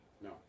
No